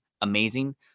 Amazing